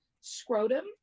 scrotum